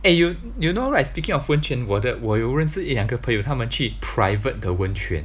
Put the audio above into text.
eh you you know right speaking of 温泉我的我有认识一两个朋友他们去 private 的温泉